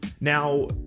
Now